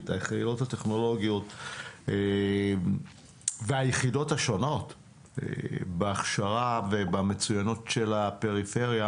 הטכנולוגיים והיחידות השונות בהכשרה ובמצוינות של הפריפריה.